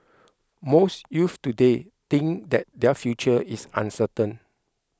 most youths today think that their future is uncertain